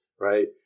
right